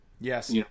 Yes